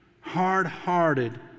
hard-hearted